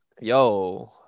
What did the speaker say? Yo